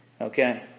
Okay